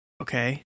okay